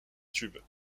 tube